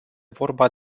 vorba